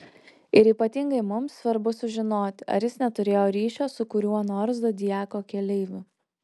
ir ypatingai mums svarbu sužinoti ar jis neturėjo ryšio su kuriuo nors zodiako keleiviu